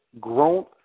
growth